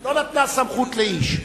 היא לא נתנה סמכות לאיש,